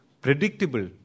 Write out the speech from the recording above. predictable